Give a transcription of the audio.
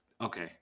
Okay